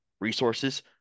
resources